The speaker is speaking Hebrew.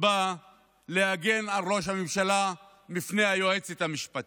בא להגן על ראש הממשלה מפני היועצת המשפטית.